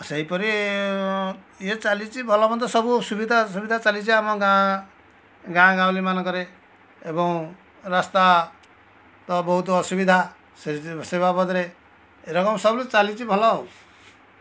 ସେହିପରି ଇଏ ଚାଲିଚି ଭଲମନ୍ଦ ସବୁ ସୁବିଧା ଅସୁବିଧା ଚାଲିଛି ଆମ ଗାଁ ଗାଁ ଗାଉଁଲିମାନଙ୍କରେ ଏବଂ ରାସ୍ତା ତ ବହୁତ ଅସୁବିଧା ସେ ବାବଦରେ ଏରକମ ସବୁ ଚାଲିଛି ଭଲ